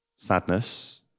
sadness